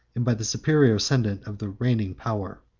and by the superior ascendant of the reigning power.